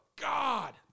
God